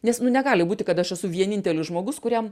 nes nu negali būti kad aš esu vienintelis žmogus kuriam